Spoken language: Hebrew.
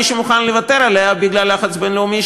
מי שמוכן לוותר עליה בגלל לחץ בין-לאומי,